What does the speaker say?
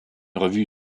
revue